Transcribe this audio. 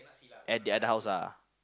at the other house ah